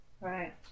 Right